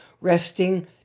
resting